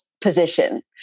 position